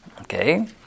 okay